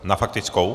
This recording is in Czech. Na faktickou?